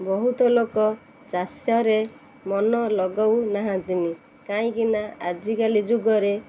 ବହୁତ ଲୋକ ଚାଷରେ ମନ ଲଗାଉ ନାହାନ୍ତି କାହିଁକି ନା ଆଜିକାଲି ଯୁଗରେ